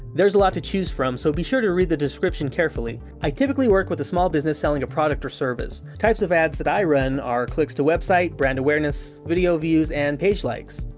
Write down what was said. there's a lot to choose from, so be sure to read the description carefully. i typically with a small business selling a product or service. types of ads that i run are clicks to website, brand awareness, video views and page likes.